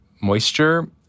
moisture